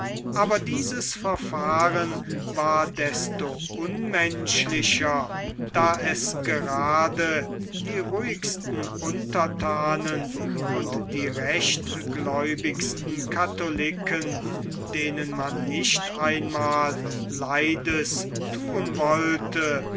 aber dieses verfahren war desto unmenschlicher da es gerade die ruhigsten unterthanen und die rechtgläubigsten katholiken denen man nicht einmal leides thun wollte